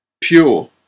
Pure